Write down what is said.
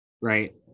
Right